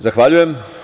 Zahvaljujem.